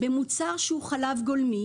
מוצר שהוא חלב גולמי